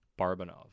Barbanov